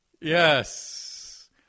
yes